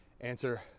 answer